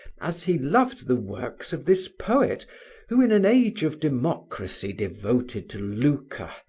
as he loved the works of this poet who, in an age of democracy devoted to lucre,